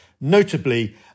notably